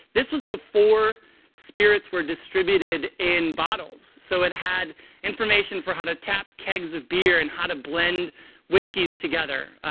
this was before spirits were distributed in bottles. so it had information for how to tap kegs of beer, and how to blend whiskeys together.